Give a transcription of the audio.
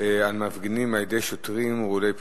על מפגינים על-ידי שוטרים רעולי פנים,